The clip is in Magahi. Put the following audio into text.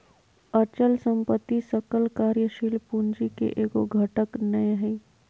अचल संपत्ति सकल कार्यशील पूंजी के एगो घटक नै हइ